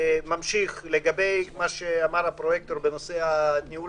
לגבי מה שאמר הפרויקטור על הניהול